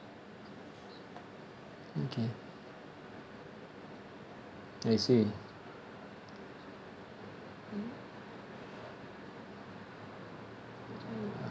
mm okay I see